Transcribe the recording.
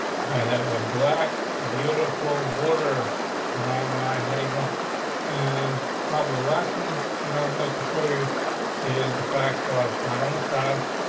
i have a black, beautiful border around my heading one and probably last one. but i would like to show you is the fact off not only style,